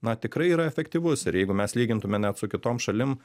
na tikrai yra efektyvus ir jeigu mes lygintume net su kitom šalim